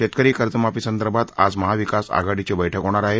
शेतकरी कर्जमाफीसंदर्भात आज महाविकास आघाडीची बैठक होणार आहे